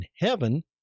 heaven